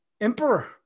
emperor